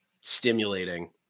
stimulating